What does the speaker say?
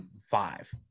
five